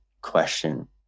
question